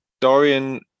Dorian